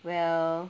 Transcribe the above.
well